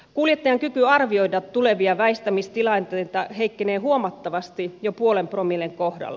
kuljettajan kyky arvioida tulevia väistämistilanteita heikkenee huomattavasti jo puolen promillen kohdalla